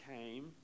came